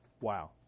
Wow